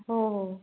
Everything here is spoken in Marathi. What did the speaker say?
हो हो